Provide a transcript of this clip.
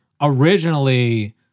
originally